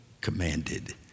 commanded